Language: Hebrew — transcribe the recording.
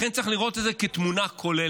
לכן צריך להסתכל על זה בתמונה כוללת.